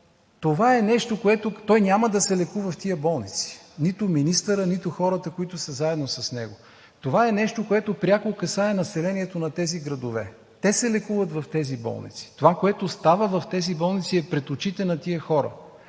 в Силистра? Той няма да се лекува в тези болници – нито министърът, нито хората, които са заедно с него. Това е нещо, което пряко касае населението на тези градове, те се лекуват в тези болници. Това, което става в тези болници, е пред очите на тези хора.